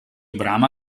brama